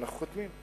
אנחנו חותמים.